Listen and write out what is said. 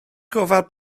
gofal